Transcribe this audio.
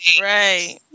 right